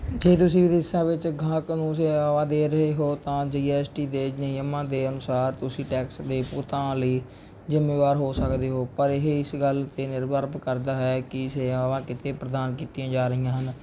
ਜੇ ਤੁਸੀਂ ਉੜੀਸਾ ਵਿੱਚ ਗਾਹਕ ਨੂੰ ਸੇਵਾਵਾਂ ਦੇ ਰਹੇ ਹੋ ਤਾਂ ਜੀ ਐਸ ਟੀ ਦੇ ਨਿਯਮਾਂ ਦੇ ਅਨੁਸਾਰ ਤੁਸੀਂ ਟੈਕਸ ਦੇ ਭੁਗਤਾਨ ਲਈ ਜਿੰਮੇਵਾਰ ਹੋ ਸਕਦੇ ਹੋ ਪਰ ਇਹ ਇਸ ਗੱਲ 'ਤੇ ਨਿਰਭਰ ਕਰਦਾ ਹੈ ਕਿ ਸੇਵਾਵਾਂ ਕਿੱਥੇ ਪ੍ਰਦਾਨ ਕੀਤੀਆਂ ਜਾ ਰਹੀਆਂ ਹਨ